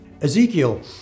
Ezekiel